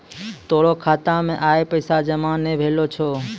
तोरो खाता मे आइ पैसा जमा नै भेलो छौं